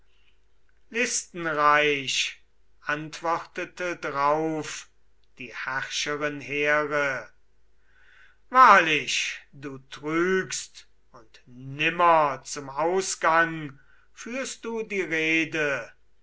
listenreich antwortete drauf die herrscherin here wahrlich du trügst und nimmer zum ausgang führst du die rede